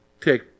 take